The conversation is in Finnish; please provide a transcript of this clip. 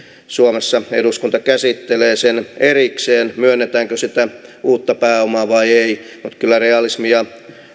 suomessa eduskunta käsittelee sen erikseen myönnetäänkö sitä uutta pääomaa vai ei kyllä realismia